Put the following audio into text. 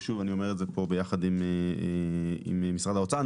אני אומרת זה פה ביחד עם משרד האוצר,